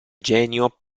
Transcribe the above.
genio